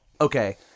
okay